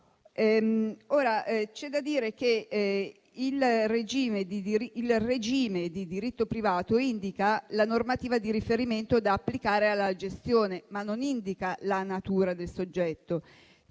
C'è da dire che il regime di diritto privato indica la normativa di riferimento da applicare alla gestione, ma non indica la natura del soggetto.